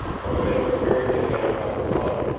momentum carried the helicopter on,